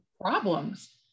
problems